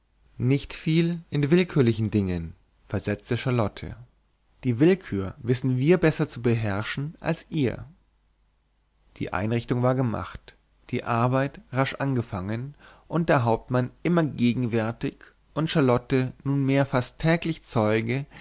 nicht viel in willkürlichen dingen versetzte charlotte die willkür wissen wir besser zu beherrschen als ihr die einrichtung war gemacht die arbeit rasch angefangen der hauptmann immer gegenwärtig und charlotte nunmehr fast täglich zeuge